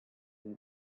been